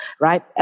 right